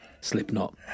Slipknot